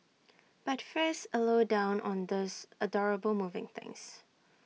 but first A low down on these adorable moving things